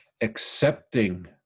accepting